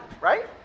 right